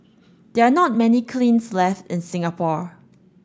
there are not many kilns left in Singapore